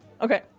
Okay